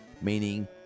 meaning